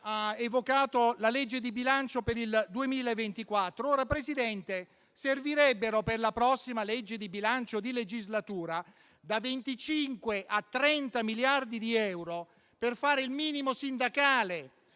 ha evocato la legge di bilancio per il 2024. Signor Presidente, servirebbero per la prossima legge di bilancio di legislatura da 25 a 30 miliardi di euro per fare il minimo sindacale: